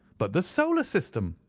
but the solar system!